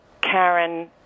Karen